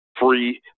free